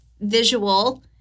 visual